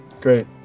Great